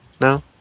no